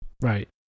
Right